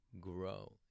Grow